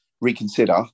reconsider